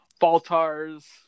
Baltar's